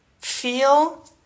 feel